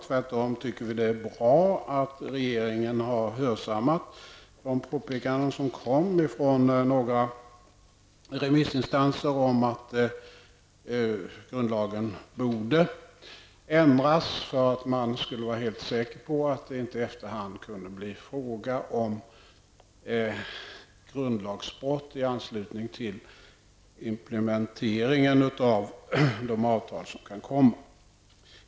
Tvärtom tycker vi att det är bra att regeringen har hörsammat de påpekanden som framfördes från några remissinstanser om att grundlagen borde ändras för att man skulle vara helt säker på att det inte efter hand kunde bli fråga om grundlagsbrott i anslutning till implementeringen av de avtal som kan komma.